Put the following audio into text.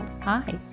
Hi